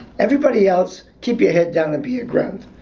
everybody else, keep your head down and be a grunt.